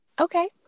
Okay